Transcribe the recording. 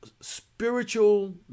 spiritual